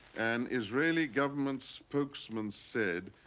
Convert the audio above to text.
an israeli government spokesman said,